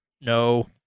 no